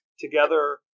together